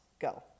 Go